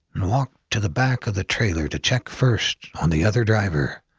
and walked to the back of the trailer to check first on the other driver.